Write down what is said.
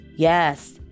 Yes